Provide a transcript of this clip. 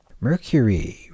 Mercury